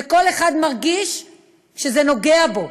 וכל אחד מרגיש שזה נוגע בו,